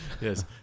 Yes